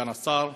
סגן השר,